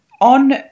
on